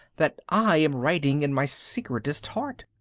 that i am writing in my secretest heart.